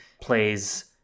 plays